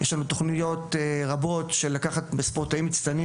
יש לנו תכניות רבות לקחת ספורטאים מצטיינים